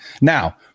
now